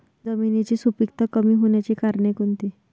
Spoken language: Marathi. जमिनीची सुपिकता कमी होण्याची कारणे कोणती?